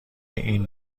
این